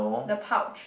the pouch